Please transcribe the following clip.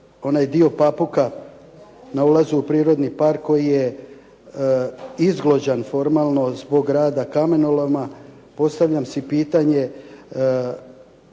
onaj dio Papuka, na ulazu u prirodni park, koji je izglođan formalno zbog rada kamenoloma, postavljam si pitanje